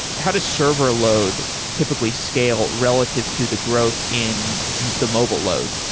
how does server load typically scale relative to the growth in the mobile load?